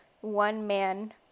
one-man